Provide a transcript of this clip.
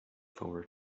forward